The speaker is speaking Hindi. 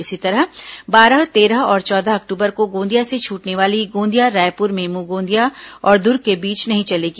इसी तरह बारह तेरह और चौदह अक्टूबर को गोंदिया से छूटने वाली गोंदिया रायपुर मेमू गोंदिया और दुर्ग के बीच नहीं चलेगी